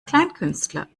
kleinkünstler